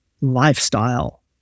lifestyle